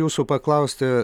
jūsų paklausti